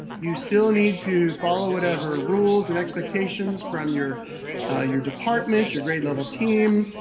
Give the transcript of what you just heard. you still need to follow whatever rules and expectations from your your department, your grade level team,